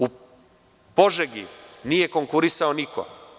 U Požegi nije konkurisao niko.